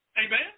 Amen